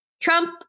Trump